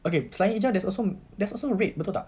okay selain hijau there's also there's also red betul tak